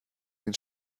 den